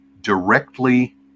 directly